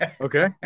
Okay